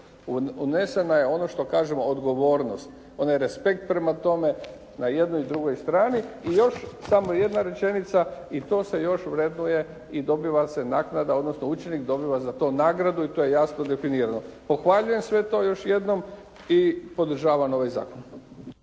unesena je ono što kažemo odgovornost. Onaj respekt prema tome na jednoj i drugoj strani. I još samo jedna rečenica i to se još vrednuje i dobiva se naknada, odnosno učenik dobiva za to nagradu i to je jasno definirano. Pohvaljujem sve to još jednom i podržavam ovaj zakon.